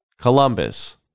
Columbus